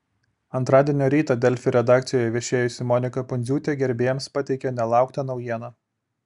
antradienio rytą delfi redakcijoje viešėjusi monika pundziūtė gerbėjams pateikė nelauktą naujieną